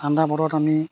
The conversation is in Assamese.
ঠাণ্ডা বতৰত আমি